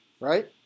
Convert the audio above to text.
right